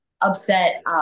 upset